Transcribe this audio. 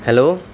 hello